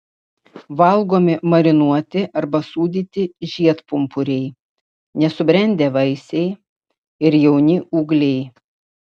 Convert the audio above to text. valgomi marinuoti arba sūdyti žiedpumpuriai nesubrendę vaisiai ir jauni ūgliai